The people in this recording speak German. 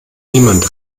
niemand